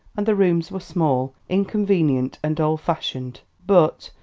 and the rooms were small, inconvenient and old-fashioned. but,